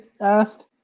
asked